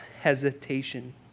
hesitation